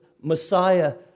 Messiah